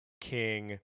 King